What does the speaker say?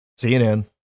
cnn